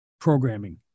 programming